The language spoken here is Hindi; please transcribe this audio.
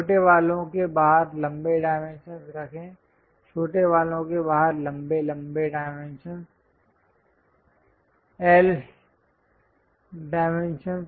छोटे वालों के बाहर लंबे डाइमेंशंस रखें छोटे वालों के बाहर लंबे डाइमेंशंस